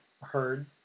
heard